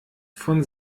von